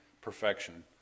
perfection